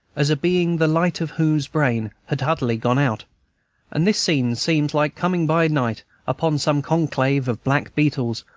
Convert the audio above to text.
as a being the light of whose brain had utterly gone out and this scene seems like coming by night upon some conclave of black beetles,